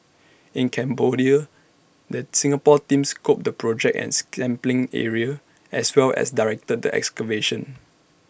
in Cambodia the Singapore team scoped the project and sampling area as well as directed the excavation